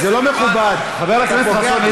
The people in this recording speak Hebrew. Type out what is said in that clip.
זה לא משפט אחרון.